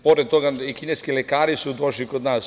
Pored toga, i kineski lekari su došli kod nas.